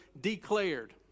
declared